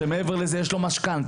כשמעבר לזה יש לו משכנתא,